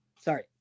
sorry